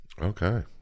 Okay